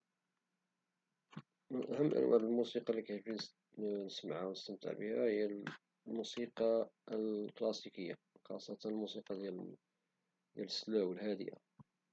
من اهم الانواع د الموسيقى اللي كيعجبني نسمعها ونستمتع بها هي الموسيقى الكلاسيكية خاصة الموسيقى ديال سلو الهادئة